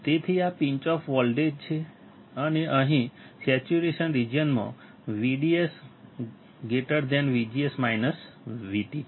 તેથી આ pinch off voltage છે અને અહીં સેચ્યુરેશન રિજિયનમાં VDS VGS VT છે